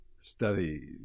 study